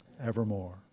evermore